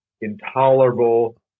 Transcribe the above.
intolerable